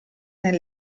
nel